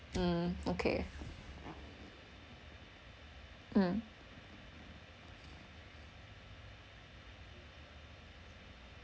mm okay mm